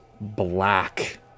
black